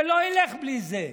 זה לא ילך בלי זה.